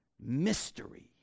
mystery